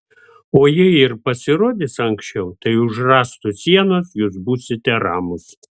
o jei ir pasirodys anksčiau tai už rąstų sienos jūs būsite ramūs